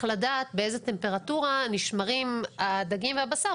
לדעת באיזה טמפרטורה נשמרים הדגים והבשר,